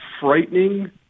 frightening